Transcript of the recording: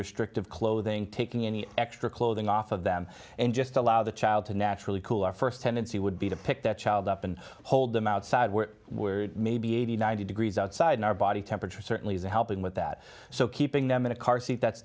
restrictive clothing taking any extra clothing off of them and just allow the child to naturally cool our first tendency would be to pick that child up and hold them outside we're maybe eighty ninety degrees outside our body temperature certainly isn't helping with that so keeping them in a car seat that's